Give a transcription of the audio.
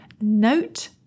Note